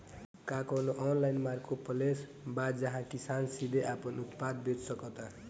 का कोनो online marketplace बा जहां किसान सीधे अपन उत्पाद बेच सकता?